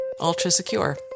ultra-secure